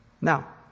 Now